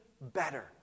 better